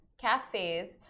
cafes